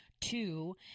Two